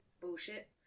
bullshit